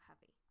heavy